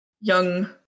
Young